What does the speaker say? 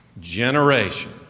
generation